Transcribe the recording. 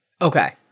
Okay